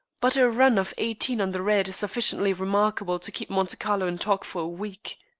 but a run of eighteen on the red is sufficiently remarkable to keep monte carlo in talk for a week.